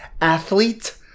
Athlete